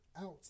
out